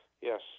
Yes